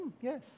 Yes